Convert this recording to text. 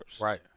Right